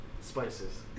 spices